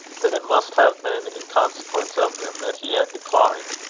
that it must have been in consequence of them that he had declined,